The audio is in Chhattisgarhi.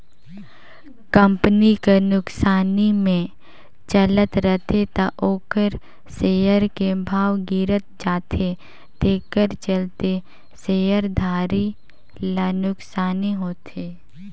कंपनी हर नुकसानी मे चलत रथे त ओखर सेयर के भाव गिरत जाथे तेखर चलते शेयर धारी ल नुकसानी होथे